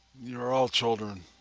they're all children